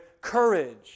courage